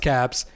Caps